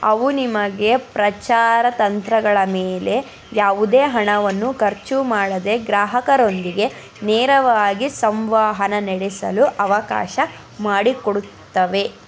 ಅವು ನಿಮಗೆ ಪ್ರಚಾರ ತಂತ್ರಗಳ ಮೇಲೆ ಯಾವುದೇ ಹಣವನ್ನು ಖರ್ಚು ಮಾಡದೆ ಗ್ರಾಹಕರೊಂದಿಗೆ ನೇರವಾಗಿ ಸಂವಹನ ನಡೆಸಲು ಅವಕಾಶ ಮಾಡಿಕೊಡುತ್ತವೆ